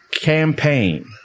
campaign